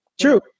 True